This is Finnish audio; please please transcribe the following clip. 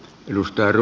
duster